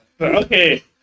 Okay